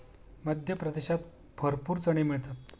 मध्य प्रदेशात भरपूर चणे मिळतात